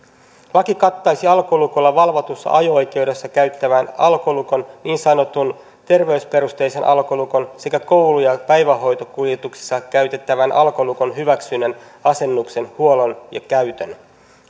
laki kattaisi alkolukolla valvotussa ajo oikeudessa käytettävän alkolukon niin sanotun terveysperusteisen alkolukon sekä koulu ja päivähoitokuljetuksissa käytetyn alkolukon hyväksynnän asennuksen huollon ja käytön